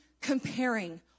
comparing